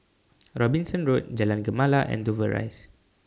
Robinson Road Jalan Gemala and Dover Rise